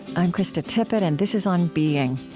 i'm krista tippett, and this is on being.